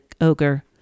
ogre